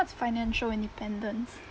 what's financial independence